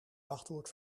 wachtwoord